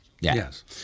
Yes